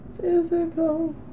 Physical